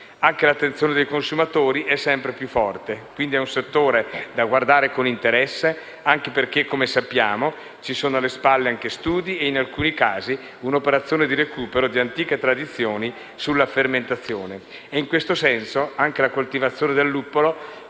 finestra") **(ore 18,51)** (*Segue* PANIZZA). Quindi è un settore da guardare con interesse, anche perché, come sappiamo, ci sono alle spalle anche studi e, in alcuni casi, un'operazione di recupero di antiche tradizioni sulla fermentazione. In questo senso, anche la coltivazione del luppolo